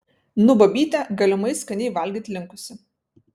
nu babytė galimai skaniai valgyt linkusi